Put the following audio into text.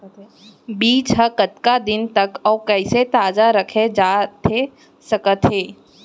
बीज ह कतका दिन तक अऊ कइसे ताजा रखे जाथे सकत हे?